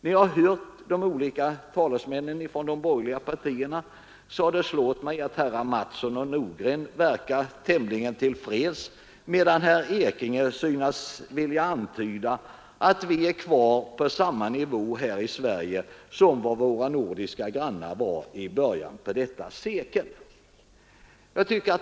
När jag har hört de olika talesmännen för de borgerliga partierna har det slagit mig att herrar Mattsson i Skee och Nordgren verkar tämligen till freds, medan herr Ekinge synes vilja antyda att vi här i Sverige är kvar på samma nivå som gällde för de nordiska grannländerna i början på detta sekel.